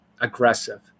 aggressive